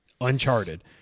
Uncharted